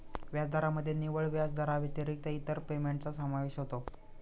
व्याजदरामध्ये निव्वळ व्याजाव्यतिरिक्त इतर पेमेंटचा समावेश होतो